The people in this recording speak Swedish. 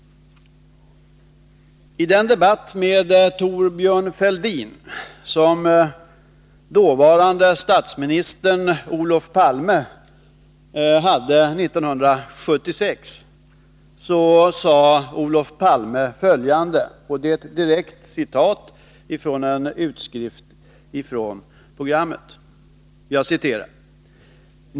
I en debatt med Thorbjörn Fälldin år 1976 sade dåvarande statsministern Olof Palme följande. Det är ett citat från en direktutskrift från programmet i fråga.